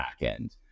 backend